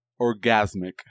orgasmic